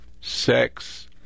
sex